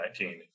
2019